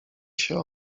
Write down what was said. się